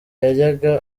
yajyaga